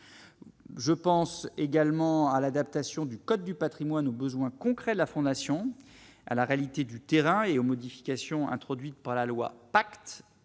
Je pense également à l'adaptation du code du Patrimoine aux besoins concrets, la fondation à la réalité du terrain et aux modifications introduites par la loi,